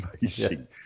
amazing